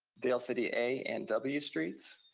dale city a and w streets,